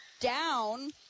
down